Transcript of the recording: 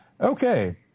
Okay